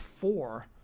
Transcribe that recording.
four